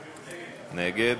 נגד.